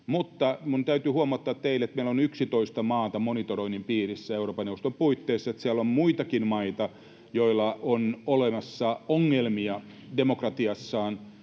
Mutta minun täytyy huomauttaa teille, että meillä on 11 maata monitoroinnin piirissä Euroopan neuvoston puitteissa, eli siellä on muitakin maita, joilla on olemassa ongelmia demokratiassaan,